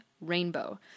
Rainbow